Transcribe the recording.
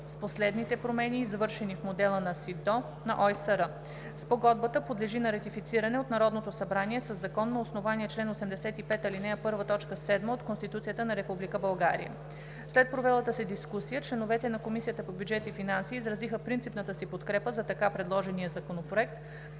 с последните промени, извършени в Модела на СИДДО на ОИСР. Спогодбата подлежи на ратифициране от Народното събрание със Закон на основание чл. 85, ал. 1, т. 7 от Конституцията на Република България. След провелата се дискусия, членовете на Комисията по бюджет и финанси изразиха принципната си подкрепа за така предложения законопроект,